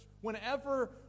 Whenever